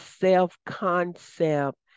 self-concept